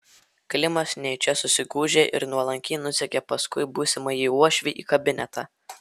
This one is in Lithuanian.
klimas nejučia susigūžė ir nuolankiai nusekė paskui būsimąjį uošvį į kabinetą